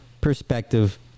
perspective